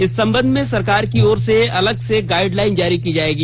इस संबंध में सरकार की ओर से अलग से गाइडलाइन जारी की जाएगी